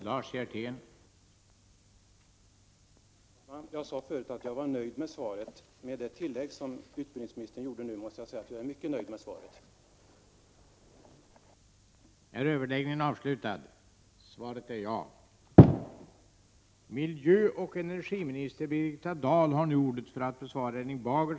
Herr talman! Jag sade förut att jag var nöjd med svaret. Med det tillägg som utbildningsministern nu gjorde måste jag säga att jag är mycket nöjd med svaret.